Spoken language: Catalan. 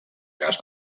gas